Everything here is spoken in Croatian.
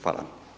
Hvala.